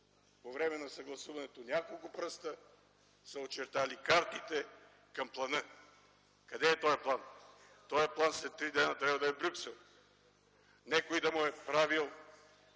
по време на съгласуването – няколко пръста, са очертали картите към плана. Къде е този план? Този план след три дни трябва да е в Брюксел. Някой да му е правил